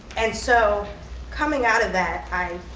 and so coming out of that, i,